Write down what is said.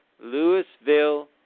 Louisville